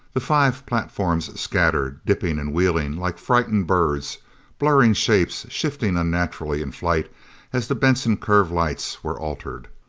the five platforms scattered, dipping and wheeling like frightened birds blurring shapes, shifting unnaturally in flight as the benson curve lights were altered.